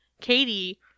Katie